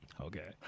Okay